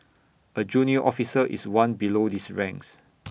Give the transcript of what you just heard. A junior officer is one below these ranks